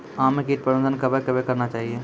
आम मे कीट प्रबंधन कबे कबे करना चाहिए?